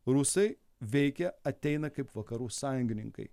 rusai veikia ateina kaip vakarų sąjungininkai